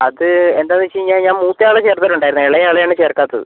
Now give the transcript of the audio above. അത് എന്താന്നുവെച്ച് കഴിഞ്ഞാൽ ഞാൻ മൂത്തയാളെ ചേർത്തിട്ടുണ്ടായിരുന്നു ഇളയാളെ ആണ് ചേർക്കാത്തത്